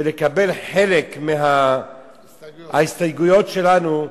ולקבל חלק מההסתייגויות שלנו,